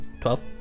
Twelve